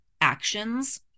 actions